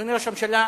אדוני ראש הממשלה,